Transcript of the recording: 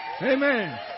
Amen